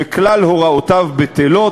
וכלל הוראותיו בטלות,